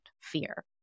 fear